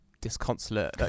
disconsolate